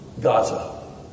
Gaza